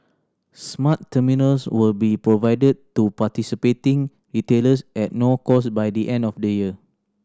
smart terminals will be provided to participating retailers at no cost by the end of the year